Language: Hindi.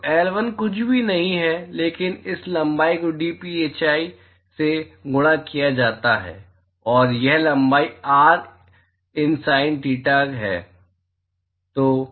तो L1 कुछ भी नहीं है लेकिन इस लंबाई को dphi से गुणा किया जाता है और यह लंबाई r in sin theta है